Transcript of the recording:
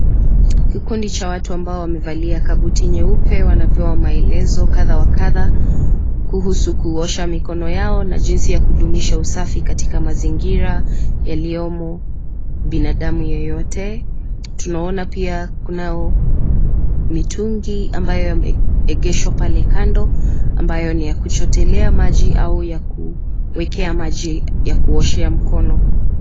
Kikundi cha watu ambao wamevalia kabuti nyeupe, wanatoa maelezo kadha wa kadha, kuhusu kuosha mikono yao na jinsi ya kudumisha usafi katika mazingira yaliyomo binadamu yeyote. Tunaona pia kunao mitungi ambayo yameegeshwa pale kando ambayo ni ya kuchotelea maji au yakuekea maji ya kuosha mkono.